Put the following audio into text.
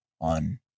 on